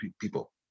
people